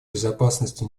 безопасности